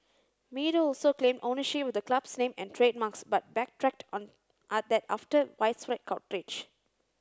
meadow also claimed ownership of the club's name and trademarks but backtracked on that after widespread outrage